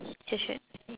just right